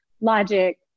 Logic